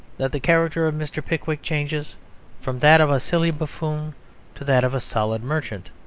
that the character of mr. pickwick changes from that of a silly buffoon to that of a solid merchant.